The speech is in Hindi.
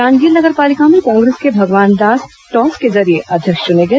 जांजगीर नगर पालिका में कांग्रेस के भगवान दास टॉस के जरिये अध्यक्ष चूने गए